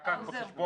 רק קח בחשבון,